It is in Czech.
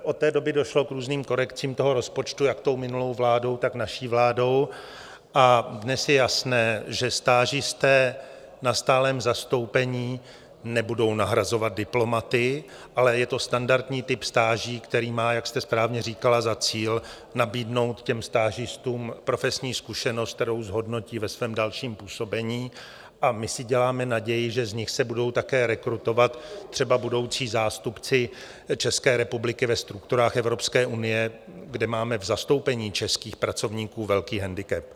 Od té doby došlo k různým korekcím rozpočtu jak minulou vládou, tak naší vládou a dnes je jasné, že stážisté na stálém zastoupení nebudou nahrazovat diplomaty, ale je to standardní typ stáží, který má, jak jste správně říkala, za cíl nabídnout těm stážistům profesní zkušenost, kterou zhodnotí ve svém dalším působení, a my si děláme naději, že se z nich budou také rekrutovat třeba budoucí zástupci České republiky ve strukturách Evropské unie, kde máme v zastoupení českých pracovníků velký handicap.